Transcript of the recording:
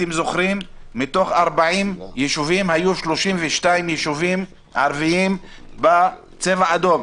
מתוך 40 ישובים היו 32 ישובים ערביים בצבע אדום.